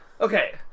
Okay